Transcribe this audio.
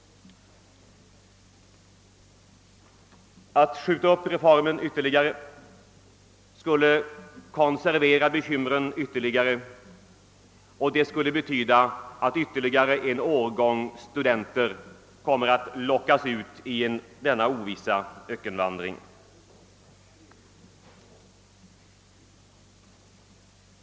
Ett ytterligare uppskjutande av reformen skulle konservera bekymren ytterligare, och det skulle medföra att ännu en årgång av studenter :kommer att lockas ut i en oviss ökenvandring.